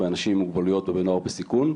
באנשים עם מוגבלויות ונוער בסיכון,